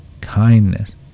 Kindness